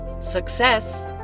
Success